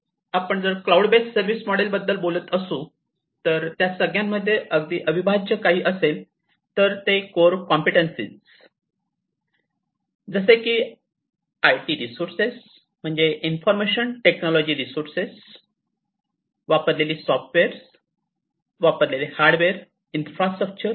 आपण जर cloud based business model बद्दल बोलत असू तर त्यां सगळ्यांमध्ये अगदी अविभाज्य काही असेल तर ते कोअर कॉम्पिटन्सीस आहे जसे की आय टी रिसोर्सेस म्हणजे इन्फॉर्मेशन टेक्नॉलॉजी रिसोर्सेस वापरलेली सॉफ्टवेअर आणि वापरलेले हार्डवेअर इन्फ्रास्ट्रक्चर